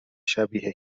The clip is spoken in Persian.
شبیه